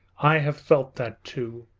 i have felt that too.